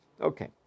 Okay